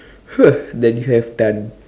!huh! that you have done